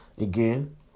again